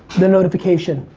the notification.